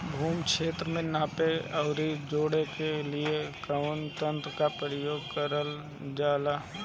भूमि क्षेत्र के नापे आउर जोड़ने के लिए कवन तंत्र का प्रयोग करल जा ला?